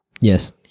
Yes